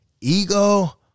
ego